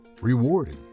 Rewarding